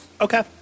okay